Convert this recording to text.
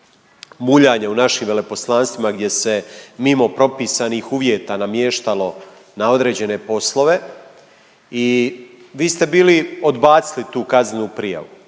muljanje u našim veleposlanstvima gdje se mimo propisanih uvjeta namještalo na određene poslove i vi ste bili odbacili tu kaznenu prijavu